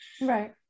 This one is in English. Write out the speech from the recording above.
Right